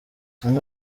amwe